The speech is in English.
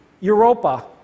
Europa